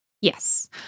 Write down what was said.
Yes